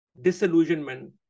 disillusionment